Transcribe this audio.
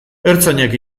ertzainak